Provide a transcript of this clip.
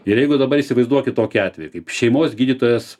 ir jeigu dabar įsivaizduokit tokį atvejį kaip šeimos gydytojas